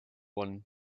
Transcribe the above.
won